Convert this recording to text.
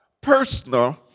personal